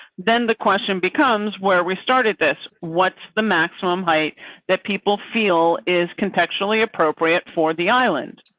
then the question becomes where we started this, what's the maximum height that people feel is contextually appropriate for the island?